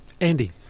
Andy